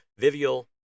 vivial